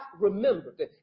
remembered